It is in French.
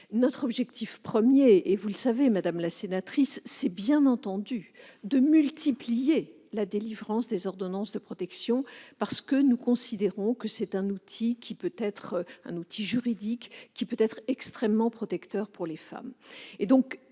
Notre objectif premier- vous le savez, madame de la Gontrie -est bien entendu de multiplier la délivrance des ordonnances de protection, parce que nous considérons que cet outil juridique peut être extrêmement protecteur pour les femmes.